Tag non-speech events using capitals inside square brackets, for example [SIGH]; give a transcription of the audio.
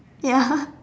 ya [LAUGHS]